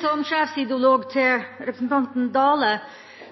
Som sjefsideolog til representanten Dale: